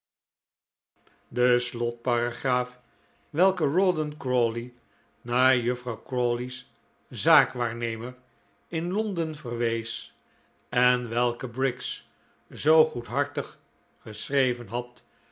de slotparagraaf welke rawdon naar juffrouw crawley's zaakwaarnemer in londen verwees en welke briggs zoo goedhartig geschreven had